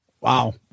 Wow